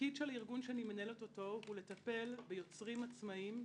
התפקיד של הארגון שאני מנהלת אותו הוא לטפל ביוצרים עצמאיים,